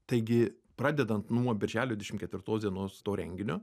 taigi pradedant nuo birželio dvišim ketvirtos dienos to renginio